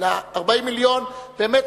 אלא 40 מיליון באמת,